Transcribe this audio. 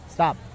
Stop